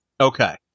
Okay